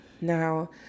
Now